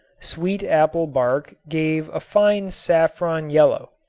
sweetapple bark gave a fine saffron yellow.